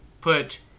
put